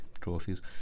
trophies